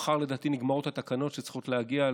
מחר לדעתי נגמרות התקנות שצריכות להגיע,